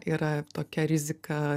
yra tokia rizika